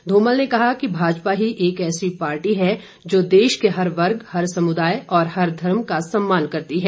ध्मल ने कहा कि भाजपा ही एक ऐसी पार्टी है जो देश के हर वर्ग हर समुदाय और हर धर्म का सम्मान करती है